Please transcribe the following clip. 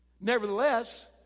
Nevertheless